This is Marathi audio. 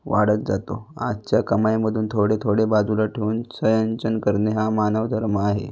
वाढत जातो आजच्या कमाईमधून थोडे थोडे बाजूला ठेऊन संचयन करणे हा मानवधर्म आहे